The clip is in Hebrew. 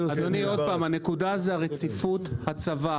אדוני, עוד פעם, הנקודה זה הרציפות הצבה.